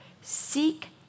seek